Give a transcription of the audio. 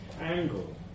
angle